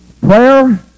Prayer